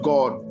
God